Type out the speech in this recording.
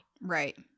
Right